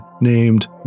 named